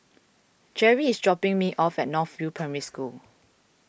Jerry is dropping me off at North View Primary School